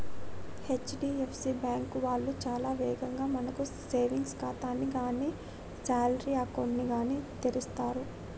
HDFC bank వాళ్ళు చాలా వేగంగా మనకు సేవింగ్స్ ఖాతాని గానీ శాలరీ అకౌంట్ ని గానీ తెరుస్తరు